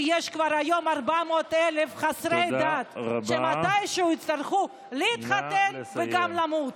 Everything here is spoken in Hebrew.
כי כבר היום יש 400,000 חסרי דת שמתישהו יצטרכו להתחתן וגם למות.